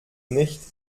nicht